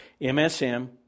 MSM